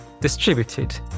distributed